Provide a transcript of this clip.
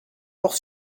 bord